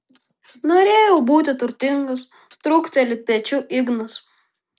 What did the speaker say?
norėjau būti turtingas trūkteli pečiu ignas